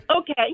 Okay